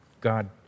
God